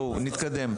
בואו נתקדם,